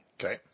Okay